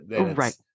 Right